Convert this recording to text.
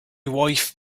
wife